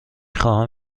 خواهم